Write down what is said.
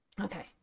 okay